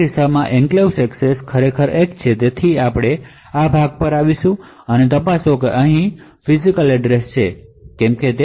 આ કિસ્સામાં enclaves access 1 છે આપણે આ ભાગ પર આવીશું અને તપાસો કે ફિજિકલ સરનામું ECPમાં છે કે કેમ